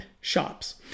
shops